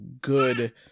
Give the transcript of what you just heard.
good